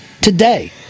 today